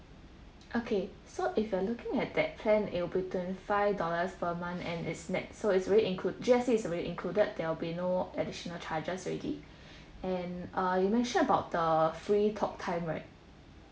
okay so if you're looking at that plan in between five dollars per month and it's nett so it's already include yes it's already included there will be no additional charges already and uh you mention about the free talk time right